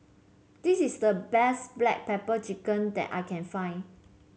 this is the best Black Pepper Chicken that I can find